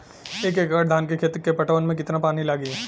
एक एकड़ धान के खेत के पटवन मे कितना पानी लागि?